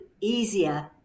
easier